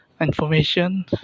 information